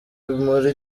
muri